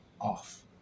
off